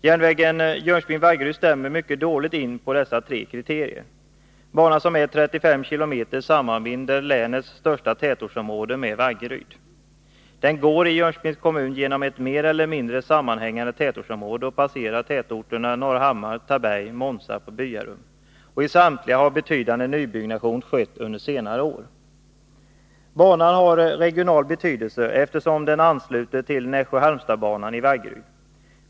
Järnvägen Jönköping-Vaggeryd uppfyller mycket dåligt dessa tre kriterier. Banan, som är 35 km, sammanbinder länets största tätortsområde med Vaggeryd. Den går i Jönköpings kommun genom ett mer eller mindre sammanhängande tätortsområde och passerar tätorterna Norrahammar, Taberg, Månsarp och Byarum. I samtliga dessa tätorter har betydande nybyggnation skett under senare år. Banan har regional betydelse eftersom den ansluter till Nässjö-Halmstadsbanan i Vaggeryd.